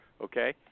Okay